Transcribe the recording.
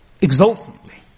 exultantly